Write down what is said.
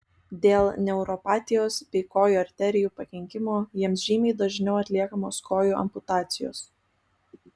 dėl neuropatijos bei kojų arterijų pakenkimo jiems žymiai dažniau atliekamos kojų amputacijos